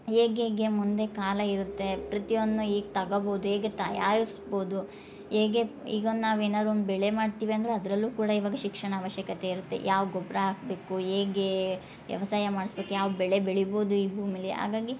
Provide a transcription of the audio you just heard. ಹೇಗೆ ಹೇಗೆ ಮುಂದೆ ಕಾಲ ಇರುತ್ತೆ ಪ್ರತಿಯೊಂದ್ನು ಈಗ ತಗಬೋದು ಹೇಗೆ ತಯಾರಿಸ್ಬೋದು ಹೇಗೆ ಈಗ ನಾವು ಏನಾರು ಒಂದು ಬೆಳೆ ಮಾಡ್ತೀವಿ ಅಂದರು ಅದರಲ್ಲು ಕೂಡ ಇವಾಗ ಶಿಕ್ಷಣ ಆವಶ್ಯಕತೆ ಇರುತ್ತೆ ಯಾವ ಗೊಬ್ಬರ ಹಾಕ್ಬೇಕು ಹೇಗೆ ವ್ಯವಸಾಯ ಮಾಡ್ಸ್ಬೇಕು ಯಾವ ಬೆಳೆ ಬೆಳಿಬೋದು ಈ ಭೂಮಿಲಿ ಹಾಗಾಗಿ